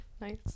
Nice